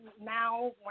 now